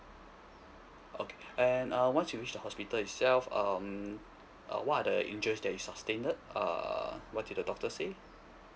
okay and uh once you reach the hospital itself um uh what are the injures that you sustained uh what did the doctor say